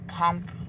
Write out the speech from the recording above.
Pump